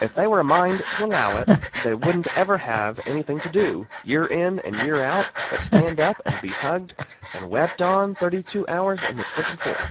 if they were a mind to allow it, they wouldn't ever have anything to do, year in and year out, but stand up and be hugged and wept on thirty-two hours in the twenty-four.